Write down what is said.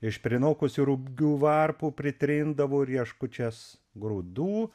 iš prinokusių rugių varpų pritrindavo rieškučias grūdų